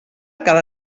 cada